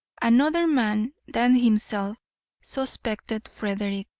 another man than himself suspected frederick,